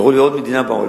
תראו לי עוד מדינה בעולם,